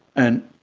and